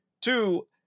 Two